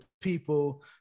people